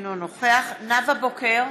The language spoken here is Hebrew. אינו נוכח נאוה בוקר,